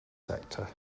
sector